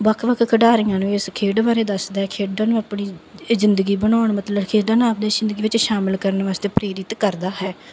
ਵੱਖ ਵੱਖ ਖਿਡਾਰੀਆਂ ਨੂੰ ਇਸ ਖੇਡ ਬਾਰੇ ਦੱਸਦਾ ਖੇਡਾਂ ਨੂੰ ਆਪਣੀ ਇਹ ਜ਼ਿੰਦਗੀ ਬਣਾਉਣ ਮਤਲਬ ਖੇਡਾਂ ਨੂੰ ਆਪਦੇ ਜ਼ਿੰਦਗੀ ਵਿੱਚ ਸ਼ਾਮਿਲ ਕਰਨ ਵਾਸਤੇ ਪ੍ਰੇਰਿਤ ਕਰਦਾ ਹੈ